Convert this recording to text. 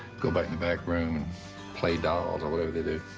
go back in the back room and play dolls or whatever they do.